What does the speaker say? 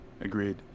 Agreed